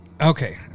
Okay